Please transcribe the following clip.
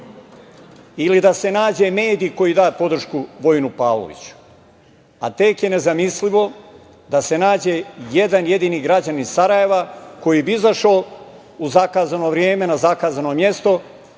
ili da se nađu mediji koji će dati podršku Vojinu Pavloviću? Tek je nezamislivo da se nađe jedan jedini građanin Sarajeva koji bi izašao u zakazano vreme, na zakazano mesto